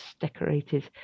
decorated